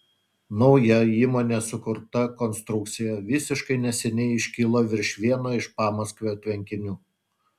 nauja įmonės sukurta konstrukcija visiškai neseniai iškilo virš vieno iš pamaskvio tvenkinių